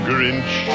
Grinch